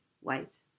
white